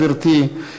גברתי,